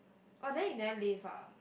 oh then you never leave ah